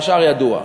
והשאר ידוע.